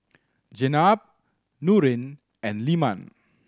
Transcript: Jenab Nurin and Leman